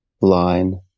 line